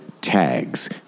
TAGS